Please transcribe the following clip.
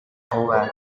oak